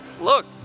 Look